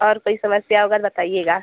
और कोई समस्या हो अगर बताइएगा